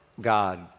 God